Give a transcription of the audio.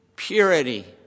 Purity